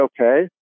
okay